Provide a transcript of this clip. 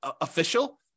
official